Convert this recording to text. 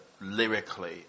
lyrically